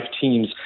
teams